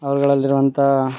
ಅವುಗಳಲ್ಲಿರುವಂಥಾ